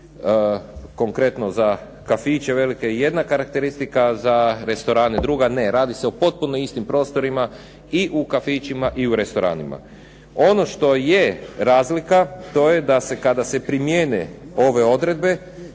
konkretno za kafiće velike, jedna karakteristika, za restorane druga. Ne. Radi se o potpuno istim prostorima i u kafićima i u restoranima. Ono što je razlika, to je da se kada se primjene ove odredbe,